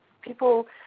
people